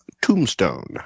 Tombstone